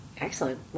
Excellent